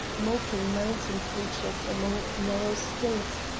moping mountain creatures among narrow streets,